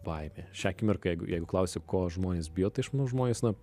baimė šią akimirką jeigu jeigu klausi ko žmonės bijo tai aš manau žmonės na